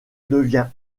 devient